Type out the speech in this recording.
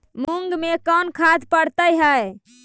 मुंग मे कोन खाद पड़तै है?